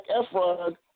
Efron